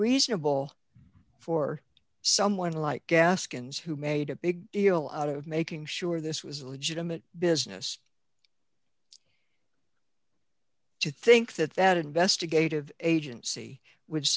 reasonable for someone like gaskins who made a big deal out of making sure this was a legitimate business do you think that that investigative agency w